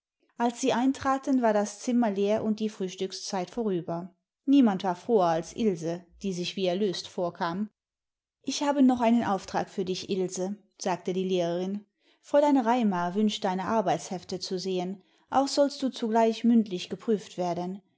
als sie eintraten war das zimmer leer und die frühstückszeit vorüber niemand war froher als ilse die sich wie erlöst vorkam ich habe noch einen auftrag für dich ilse sagte die lehrerin fräulein raimar wünscht deine arbeitshefte zu sehen auch sollst du zugleich mündlich geprüft werden